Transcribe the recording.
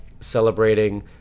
celebrating